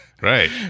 right